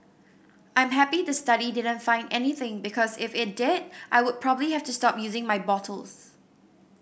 I'm happy the study didn't find anything because if it did I would probably have to stop using my bottles